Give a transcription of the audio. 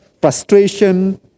frustration